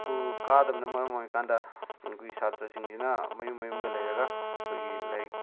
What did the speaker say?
school ꯀꯥꯗꯕꯅ ꯃꯔꯝ ꯑꯣꯏꯔꯀꯥꯟꯗ ꯑꯩꯈꯣꯏ ꯁꯥꯇ꯭ꯔꯁꯤꯡꯁꯤꯅ ꯃꯌꯨꯝ ꯃꯌꯨꯝꯗ ꯂꯩꯔꯒ ꯑꯩꯈꯣꯏꯒꯤ ꯂꯥꯏꯔꯤꯛ